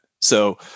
So-